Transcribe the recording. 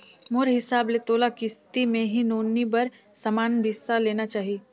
मोर हिसाब ले तोला किस्ती मे ही नोनी बर समान बिसा लेना चाही